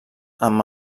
amb